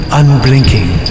unblinking